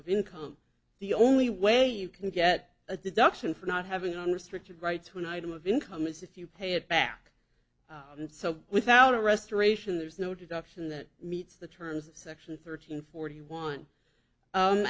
of income the only way you can get a deduction for not having under strict a right to an item of income is if you pay it back and so without a restoration there is no deduction that meets the terms of section thirteen forty one